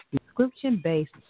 subscription-based